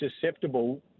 susceptible